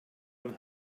beim